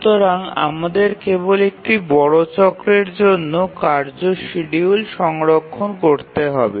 সুতরাং আমাদের কেবল একটি বড় চক্রের জন্য কার্য শিডিউল সংরক্ষণ করতে হবে